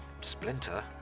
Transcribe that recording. splinter